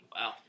Wow